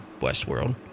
Westworld